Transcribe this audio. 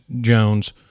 Jones